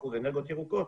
מרבית השיפוצים בלווייתן,